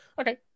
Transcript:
Okay